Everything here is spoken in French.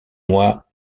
mois